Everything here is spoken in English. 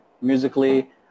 Musically